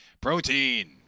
protein